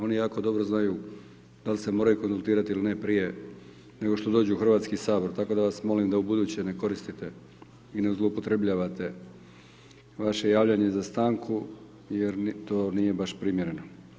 Oni jako dobro znaju da li se moraju konzultirati ili ne prije nego što dođu u Hrvatski sabor, tako da vas molim da ubuduće ne koristite i ne zloupotrjebljavate vaše javljanje za stanku jer to nije baš primjereno.